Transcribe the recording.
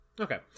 Okay